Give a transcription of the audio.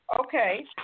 Okay